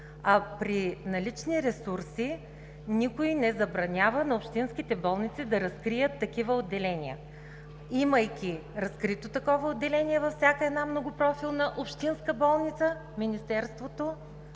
При налични ресурси никой не забранява на общинските болници да разкрият такива отделения. Имайки такова разкрито отделение във всяка многопрофилна общинска болница, Министерството